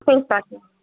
face pack